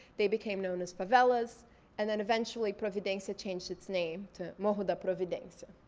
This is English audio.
they became known as favelas and then eventually providencia changed its name to morro da providencia.